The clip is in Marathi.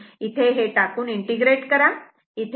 हे तिथे टाकून इंटिग्रेट करा